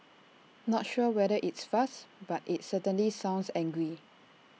not sure whether it's fast but IT certainly sounds angry